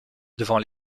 devant